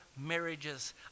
marriages